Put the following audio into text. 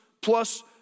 plus